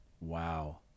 Wow